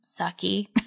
sucky